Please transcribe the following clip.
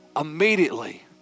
Immediately